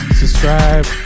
subscribe